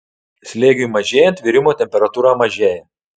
slėgiui mažėjant virimo temperatūra mažėja